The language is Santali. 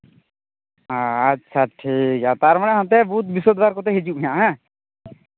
ᱟᱪᱪᱷᱟ ᱴᱷᱤᱠ ᱜᱮᱭᱟ ᱛᱟᱨ ᱢᱟᱱᱮ ᱦᱟᱱᱛᱮ ᱵᱚᱦᱩᱛ ᱵᱨᱤᱦᱚᱥᱯᱚᱛᱤᱵᱟᱨ ᱠᱚᱛᱮᱫ ᱦᱤᱡᱩᱜ ᱢᱮ ᱦᱟᱸᱜ ᱦᱮᱸ